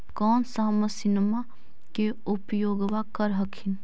कौन सा मसिन्मा मे उपयोग्बा कर हखिन?